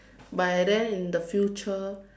by then in the future